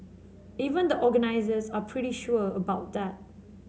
even the organisers are pretty sure about that